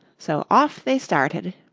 so off they started.